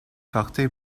portée